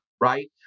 Right